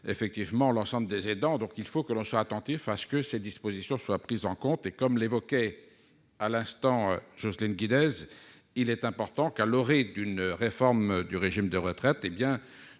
pénaliser l'ensemble des aidants. Il faut donc être attentif à ce que ces dispositions soient prises en compte. Comme l'évoquait à l'instant Jocelyne Guidez, il est important que, à l'orée d'une réforme des régimes de retraite,